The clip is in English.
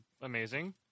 amazing